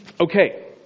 Okay